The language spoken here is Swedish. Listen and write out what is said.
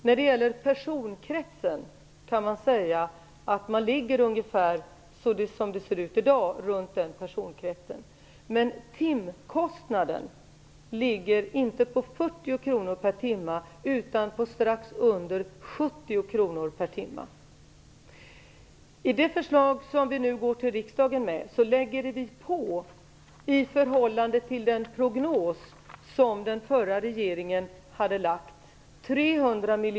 När det gäller personkretsen ser det i dag ut som om det är där man ligger. Men timkostnaden ligger inte på 40 kr per timme utan på strax under 70 kr per timme. I det förslag som vi nu går till riksdagen med lägger vi på 300 miljoner kronor i förhållande till den prognos som den förra regeringen lade fram.